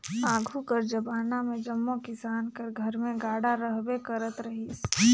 आघु कर जबाना मे जम्मो किसान कर घर मन मे गाड़ा रहबे करत रहिस